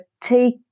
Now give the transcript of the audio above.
take